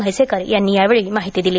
म्हैसेकर यांनी माहिती दिली